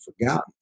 forgotten